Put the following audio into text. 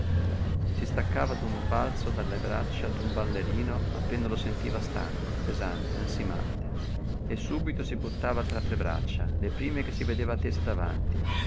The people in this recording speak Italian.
si staccava d'un balzo dalle braccia d'un ballerino appena lo sentiva stanco pesante ansimante e subito si buttava tra altre braccia le prime che si vedeva tese davanti